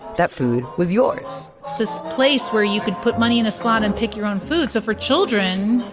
that food was yours this place where you could put money in a slot and pick your own food. so for children,